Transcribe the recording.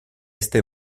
este